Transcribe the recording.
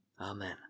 Amen